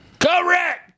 Correct